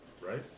right